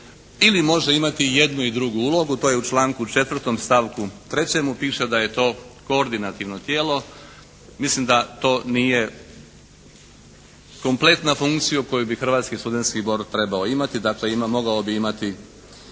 Ili može imati i jednu i drugu ulogu. To je u članku 4. stavku 3. piše da je to koordinativno tijelo. Mislim da to nije kompletna funkcija koju bi Hrvatski studentski zbor trebao imati. Dakle ima, mogao bi imati